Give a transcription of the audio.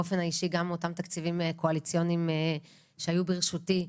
באופן האישי גם אותם תקציבים קואליציוניים שהיו בראשותי,